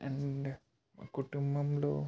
and కుటుంబంలో